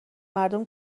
مردم